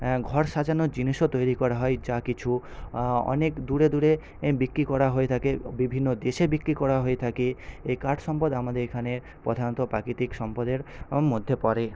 ঘর সাজানোর জিনিসও তৈরি করা হয় যা কিছু অনেক দূরে দূরে বিক্রি করা হয়ে থাকে বিভিন্ন দেশে বিক্রি করা হয়ে থাকে এই কাঠ সম্পদ আমাদের এখানে প্রধানত প্রাকৃতিক সম্পদের মধ্যে পড়ে